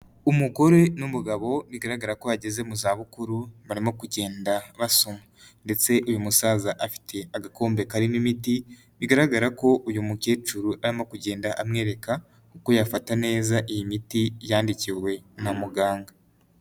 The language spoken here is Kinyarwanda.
Umugore n'umugabo bigaragara ko bageze mu za bukuru, barimo kugenda basoma ndetse uyu musaza afite agakombe karimo imiti bigaragara ko uyu mukecuru arimo kugenda amwereka uko yafata neza iyi miti yandikiwe na muganga.